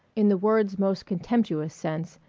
in the word's most contemptuous sense,